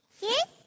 Yes